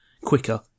quicker